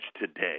today